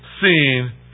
seen